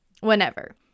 whenever